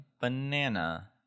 banana